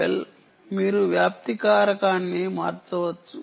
well మీరు వ్యాప్తి కారకాన్ని మార్చవచ్చు